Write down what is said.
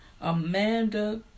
Amanda